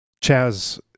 Chaz